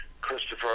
Christopher